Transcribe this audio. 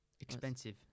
Expensive